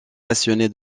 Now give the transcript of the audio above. passionné